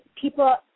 people